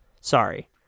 sorry